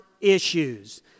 Issues